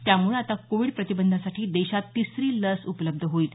त्यामुळे आता कोविड प्रतिबंधासाठी देशात तिसरी लस उपलब्ध होईल